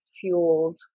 fueled